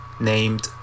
named